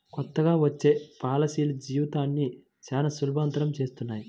కొత్తగా వచ్చే పాలసీలు జీవితాన్ని చానా సులభతరం చేస్తున్నాయి